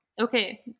okay